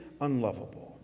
unlovable